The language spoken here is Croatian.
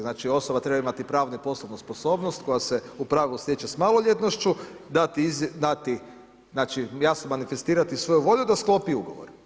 Znači osoba treba imati pravnu i poslovnu sposobnost koja se u pravilu stječe sa maloljetnošću, dati, znači jasno manifestirati svoju volju da sklopi ugovor.